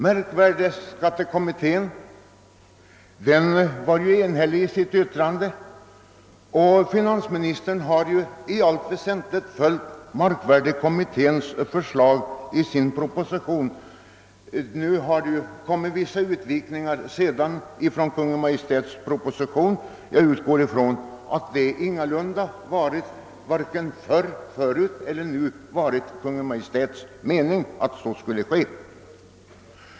Markvärdekommittén var ju enhällig i sitt betänkande, och finansministern har ju i propositionen i allt väsentligt följt kommitténs förslag, men nu har det gjorts vissa avvikelser från denna. Jag utgår ifrån att det ingalunda, vare sig nu eller tidigare varit Kungl. Maj:ts mening att så skulle ske.